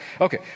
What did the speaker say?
Okay